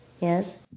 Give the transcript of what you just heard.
yes